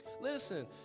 Listen